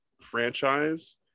franchise